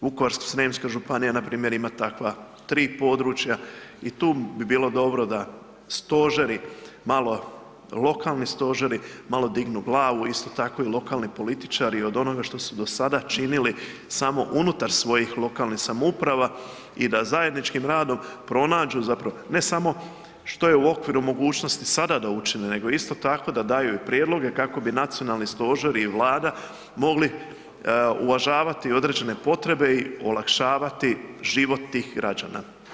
Vukovarsko-srijemska županije npr. ima takva 3 područja i tu bi bilo dobro da stožeri malo, lokalni stožeri malo dignu glavu, isto tako i lokalni političari od onoga što su do sada činili samo unutar svojih lokalnih samouprava i da zajedničkim radom pronađu, ne samo što je u okviru i mogućnosti sada da učine, nego isto tako da daju i prijedloge kako bi nacionalni stožer i Vlada mogli uvažavati određene potrebe i olakšavati život tih građana.